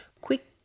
quick